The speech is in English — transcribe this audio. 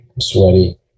sweaty